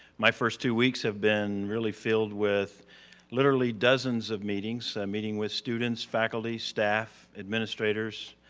my first two weeks have been really filled with literally dozens of meetings, meeting with students, faculties, staff, administrators,